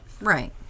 Right